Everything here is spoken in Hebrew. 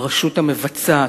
ברשות המבצעת.